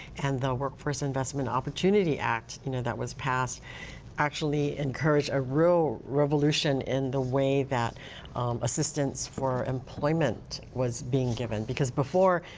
and the workforce investment opportunity act. you know that was passed actually encouraged ah real revolution in the way that assistance for employment was being given. because before,